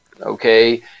okay